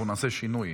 ואנחנו נעשה שינוי,